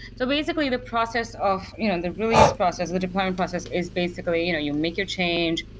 so basically, the process of you know the release process, the deployment process is basically you know you make your change,